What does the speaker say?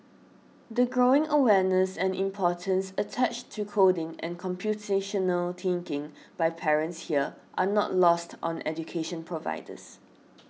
the growing awareness and importance attached to coding and computational thinking by parents here are not lost on education providers